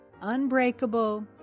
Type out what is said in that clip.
unbreakable